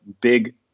big